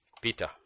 Peter